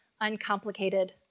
uncomplicated